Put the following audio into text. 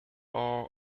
all